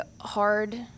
hard